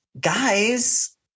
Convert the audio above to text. Guys